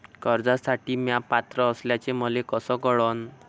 कर्जसाठी म्या पात्र असल्याचे मले कस कळन?